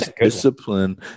Discipline